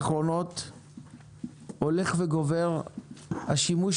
בשנים האחרונות הולך וגובר השימוש